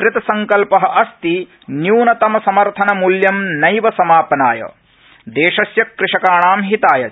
कृतसंकल्प अस्ति न्यूनतमसमर्थन मूल्यं नैव समापनाय देशस्य कृषकाणां हिताय च